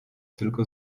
tylko